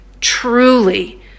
truly